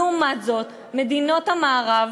לעומת זאת, מדינות המערב,